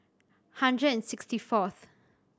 hundred and sixty fourth